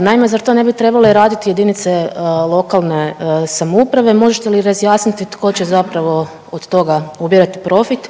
Naime, zar to ne bi trebale radit JLS, možete li razjasniti tko će zapravo od toga ubirati profit?